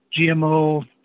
GMO